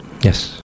Yes